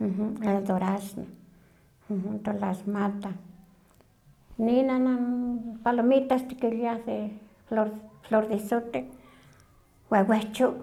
El durazno, tulasmata, nin palomitas tikiliah flor de ixote, wewehcho,